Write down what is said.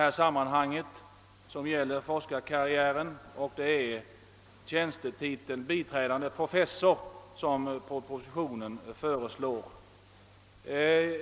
I samband med frågan om forskarkarriären behandlas propositionens förslag om tjänstetiteln biträdande professor.